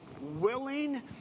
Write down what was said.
Willing